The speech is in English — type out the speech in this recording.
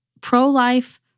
pro-life